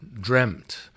dreamt